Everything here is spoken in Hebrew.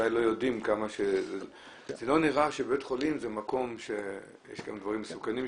לא נראה שבית חולים הוא מקום שיש בו דברים מסוכנים.